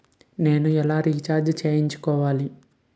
నేను ఎలా రీఛార్జ్ చేయించుకోవాలి?